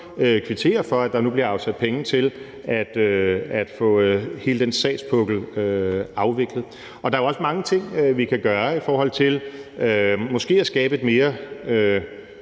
kvittere for, at der nu bliver afsat penge til at få hele den sagspukkel afviklet. Der er jo også mange ting, vi kan gøre i forhold til måske at skabe et mere